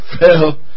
fell